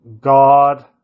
God